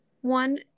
one